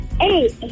Eight